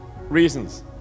reasons